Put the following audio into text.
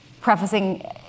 prefacing